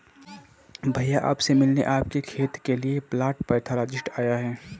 भैया आप से मिलने आपके खेत के लिए प्लांट पैथोलॉजिस्ट आया है